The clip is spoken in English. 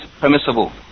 permissible